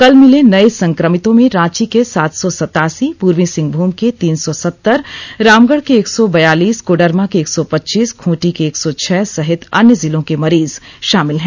कल मिले नए संक्रमितों में रांची के सात सौ सतासी पूर्वी सिंहमूम के तीन सौ सत्तर रामगढ के एक सौ बयालीस कोडरमा के एक सौ पच्चीस खंटी के एक सौ छह सहित अन्य जिलों के मरीज शामिल हैं